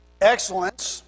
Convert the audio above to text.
Excellence